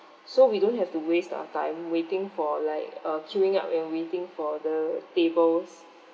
so we don't have to waste our time waiting for like uh queuing up and waiting for the tables